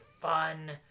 fun